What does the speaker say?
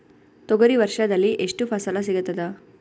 ತೊಗರಿ ವರ್ಷದಲ್ಲಿ ಎಷ್ಟು ಫಸಲ ಸಿಗತದ?